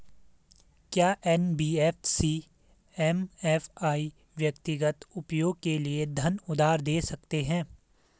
क्या NBFC MFI व्यक्तिगत उपयोग के लिए धन उधार दें सकते हैं?